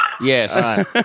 Yes